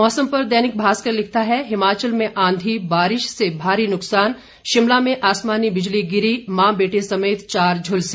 मौसम पर दैनिक भास्कर लिखता है हिमाचल में आंधी बारिश से भारी नुकसान शिमला में आसमानी बिजली गिरी मां बेटे समेत चार झुलसे